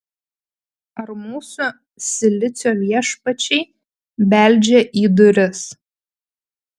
ar mūsų silicio viešpačiai beldžia į duris